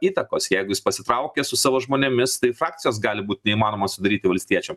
įtakos jeigu jis pasitraukia su savo žmonėmis tai frakcijos gali būt neįmanoma sudaryti valstiečiam